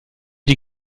die